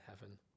heaven